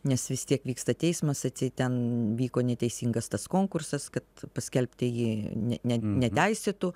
nes vis tiek vyksta teismas atseit ten vyko neteisingas tas konkursas kad paskelbti jį ne neteisėtu